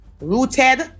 Rooted